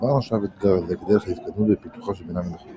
בעבר נחשב אתגר זה כדרך להתקדמות בפיתוחה של בינה מלאכותית,